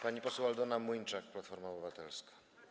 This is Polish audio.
Pani poseł Aldona Młyńczak, Platforma Obywatelska.